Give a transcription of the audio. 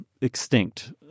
extinct